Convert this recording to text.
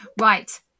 Right